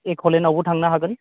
एक'लेण्डयावबो थांनो हागोन